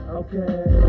okay